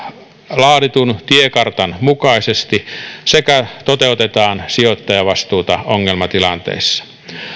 laaditun tiekartan mukaisesti sekä toteutetaan sijoittajavastuuta ongelmatilanteissa